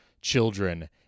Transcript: children